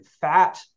fat